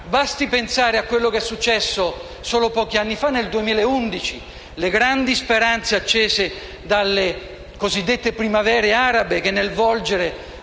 Basti pensare a quello che è successo solo pochi anni fa, nel 2011: le grandi speranze accese dalle cosiddette primavere arabe, che nel volgere